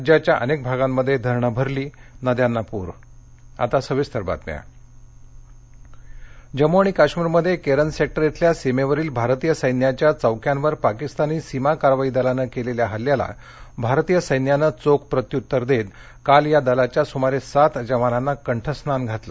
राज्याच्या अनेक भागांमध्ये धरणे भरली नद्यांना पूर आता सविस्तर बातम्या जम्मुकाश्मिर राज्यपाल जम्मू आणि काश्मीरमध्ये केरन सेक्टर इथल्या सीमेवरील भारतीय सैन्याच्या चौक्यांवर पाकिस्तानी सीमा कारवाई दलानं केलेल्या हल्ल्याला भारतीय सैन्यानं चोख प्रत्यूत्तर देत काल या दलाच्या सुमारे सात जवानांना कंठस्नान घातलं